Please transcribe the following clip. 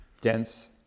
dense